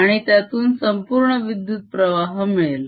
आणि त्यातून संपूर्ण विद्युत्प्रवाह मिळेल